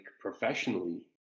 professionally